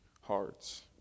hearts